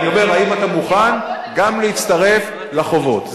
אני אומר: האם אתה מוכן גם להצטרף לחובות?